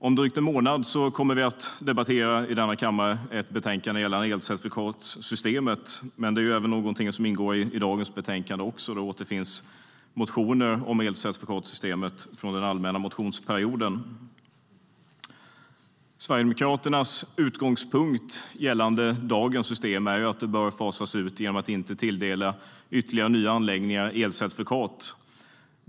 Om drygt en månad kommer vi i denna kammare att debattera ett betänkande gällande elcertifikatssystemet. Men det är någonting som ingår också i dagens betänkande. Där återfinns motioner om elcertifikatssystemet från den allmänna motionsperioden. Sverigedemokraternas utgångspunkt gällande dagens system är att det bör fasas ut genom att man inte tilldelar ytterligare anläggningar elcertifikat.